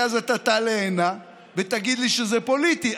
כי אז אתה תעלה הנה ותגיד לי שזה פוליטי.